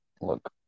look